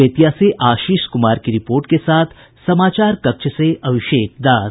बेतिया से आशीष कुमार की रिपोर्ट के साथ पटना से अभिषेक दास